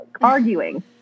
arguing